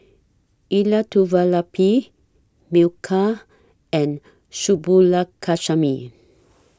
Elattuvalapil Milkha and Subbulakshmi